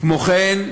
כמו כן,